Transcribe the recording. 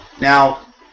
Now